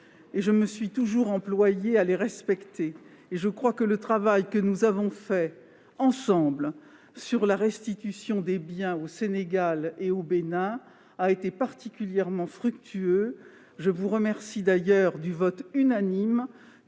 je me suis toujours employée à les respecter. Le travail que nous avons fait ensemble sur la restitution de biens culturels au Sénégal et au Bénin a été particulièrement fructueux ; je vous remercie d'ailleurs pour le vote unanime